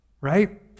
right